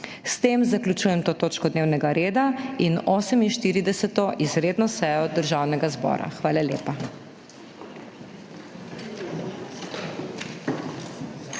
S tem zaključujem to točko dnevnega reda in 48. izredno sejo Državnega zbora. Hvala lepa.